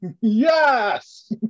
Yes